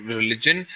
religion